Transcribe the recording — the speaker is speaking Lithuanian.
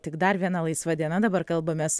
tik dar viena laisva diena dabar kalbamės